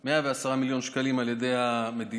של 110 מיליון שקלים על ידי המדינה,